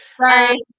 right